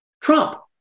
Trump